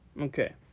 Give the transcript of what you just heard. Okay